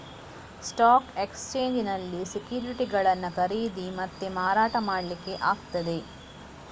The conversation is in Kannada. ಸ್ಟಾಕ್ ಎಕ್ಸ್ಚೇಂಜಿನಲ್ಲಿ ಸೆಕ್ಯುರಿಟಿಗಳನ್ನ ಖರೀದಿ ಮತ್ತೆ ಮಾರಾಟ ಮಾಡ್ಲಿಕ್ಕೆ ಆಗ್ತದೆ